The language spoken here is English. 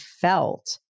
felt